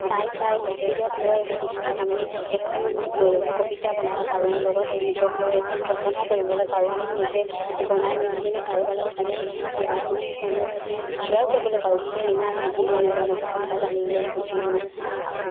চাই চাই নিজক লৈ আমি লিখি আমি এখন কবিতা বনাব পাৰো লগতে নিজক লৈ এখন ৰচনা কৰিবলৈ পাৰো আমি নিজে বনাই মেলি কিনে কাৰোবাৰ লগত আমি এইখিনি মানে শ্বেয়াৰ কৰিবলৈ পাৰো যে নাই এইখিনি এনেকুৱা এনেকুৱা কথা জানিলো বুজিলো আৰু